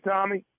Tommy